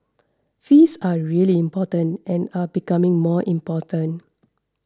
fees are really important and are becoming more important